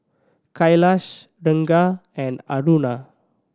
Kailash Ranga and Aruna